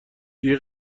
دیگه